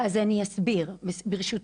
אז אני אסביר, ברשותך.